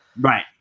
right